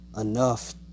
enough